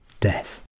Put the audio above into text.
Death